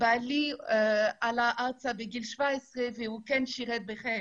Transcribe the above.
בעלי עלה ארצה בגיל 17 והוא כן שירת בחיל